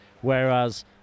Whereas